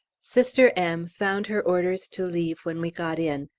sister m. found her orders to leave when we got in,